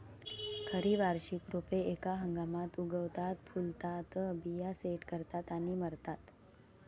खरी वार्षिक रोपे एका हंगामात उगवतात, फुलतात, बिया सेट करतात आणि मरतात